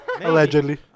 Allegedly